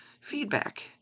Feedback